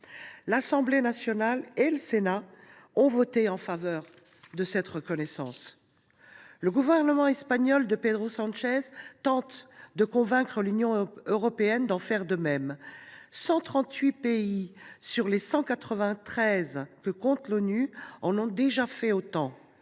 L’Assemblée nationale et le Sénat ont voté en faveur de cette reconnaissance. Le gouvernement espagnol de Pedro Sanchez tente de convaincre l’Union européenne d’en faire de même. Par ailleurs, 138 pays sur les 193 que compte l’ONU en ont déjà fait autant.